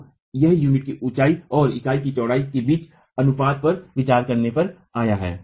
तो यह यूनिट की ऊंचाई और इकाई की चौड़ाई के बीच के अनुपात पर विचार करने पर आया है